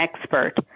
expert